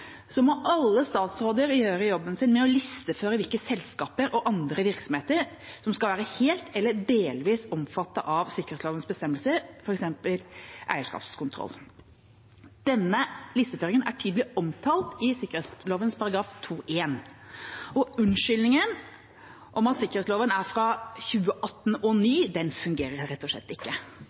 må alle statsråder gjøre jobben sin med å listeføre hvilke selskaper og andre virksomheter som skal være helt eller delvis omfattet av sikkerhetslovens bestemmelser, f.eks. eierskapskontroll. Denne listeføringen er tydelig omtalt i sikkerhetsloven § 2-1. Unnskyldningen om at sikkerhetsloven er fra 2018 og ny, fungerer rett og slett ikke, for sikkerhetsloven av 1998 hadde også dette kravet til listeføring, så dette er ikke